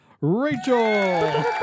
Rachel